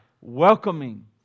welcoming